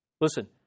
Listen